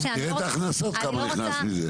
תראה את ההכנסות, תראה כמה כסף זה הכניס.